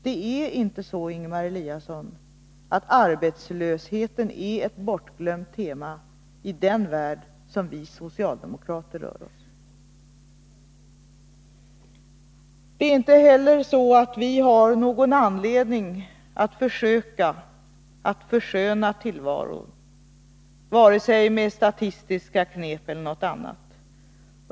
Det är inte så, Ingemar Eliasson, att arbetslösheten är ett bortglömt tema i den värld där vi socialdemokrater rör oss. Det är inte heller så att vi har någon anledning att försöka försköna tillvaron, varken med statistiska knep eller med något annat.